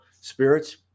spirits